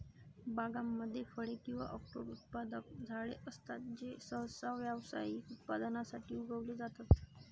बागांमध्ये फळे किंवा अक्रोड उत्पादक झाडे असतात जे सहसा व्यावसायिक उत्पादनासाठी उगवले जातात